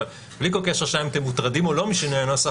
אבל בלי כל קשר לשאלה אם אתם מוטרדים או לא משינויי הנוסח,